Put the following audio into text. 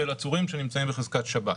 של עצורים שנמצאים בחזקת שב"ס.